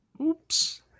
Oops